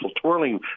twirling